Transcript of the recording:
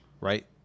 right